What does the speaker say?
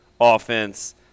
offense